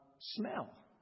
smell